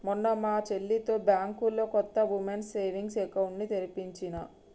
మొన్న మా చెల్లితో బ్యాంకులో కొత్త వుమెన్స్ సేవింగ్స్ అకౌంట్ ని తెరిపించినా